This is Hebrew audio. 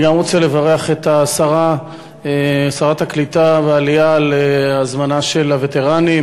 גם אני רוצה לברך את שרת העלייה והקליטה על הזמנת הווטרנים.